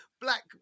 black